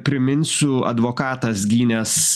priminsiu advokatas gynęs